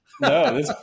No